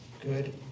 good